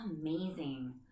amazing